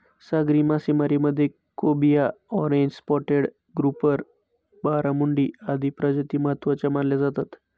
सागरी मासेमारीमध्ये cobia, orange spotted grouper, barramundi आदी प्रजाती महत्त्वाच्या मानल्या जातात